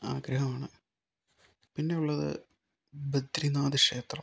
ആഗ്രഹമാണ് പിന്നെ ഉള്ളത് ബദ്രിനാഥ് ക്ഷേത്രം